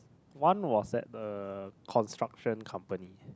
one was at a construction company